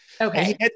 okay